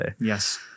Yes